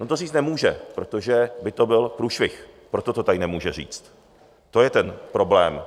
On to říct nemůže, protože by to byl průšvih, proto to tady nemůže říct, to je ten problém.